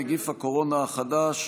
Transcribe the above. נגיף הקורונה חדש)